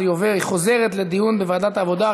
והיא חוזרת לדיון בוועדת העבודה,